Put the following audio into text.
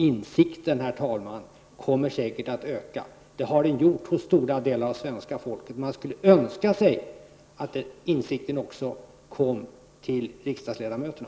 Insikten, herr talman, kommer säkert att öka. Det har den gjort hos stora delar av svenska folket. Jag önskar att insikten även kommer till riksdagsledamöterna.